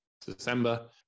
December